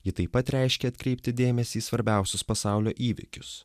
ji taip pat reiškia atkreipti dėmesį į svarbiausius pasaulio įvykius